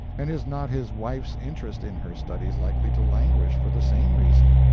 and is not his wife's interest in her studies likely to languish for the same reason?